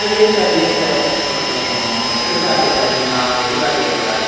అ లేదు సార్ లేదు సార్ కొంచెం ఏమనుకోమాక ఇక్కడిదాకే సార్ మే నా ఇక్కడిదాకే వెళ్ళాలి